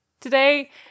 Today